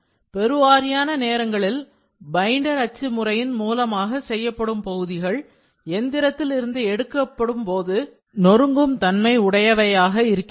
பெருவாரியான நேரங்களில் பைண்டர் அச்சு முறையின் மூலமாக செய்யப்படும் பகுதிகள் எந்திரத்தில் இருந்து எடுக்கப்படும் போது நொறுங்கும் தன்மை உடையவையாக இருக்கின்றன